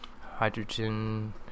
hydrogen